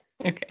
Okay